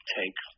take